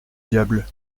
diable